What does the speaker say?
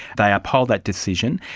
they uphold that decision.